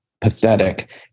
pathetic